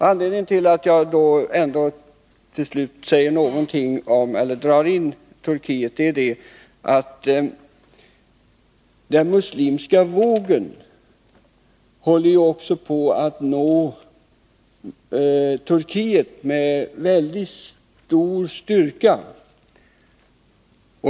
Anledningen till att jag nu drar in Turkiet är att den muslimska vågen med stor styrka håller på att nå också Turkiet.